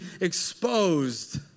exposed